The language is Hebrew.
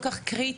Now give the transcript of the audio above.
כל כך קריטי,